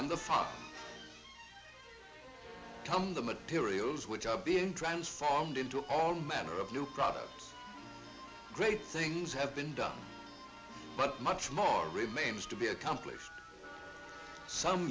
and the palm the materials which are being transformed into all manner of new products great things have been done but much more remains to be accomplished some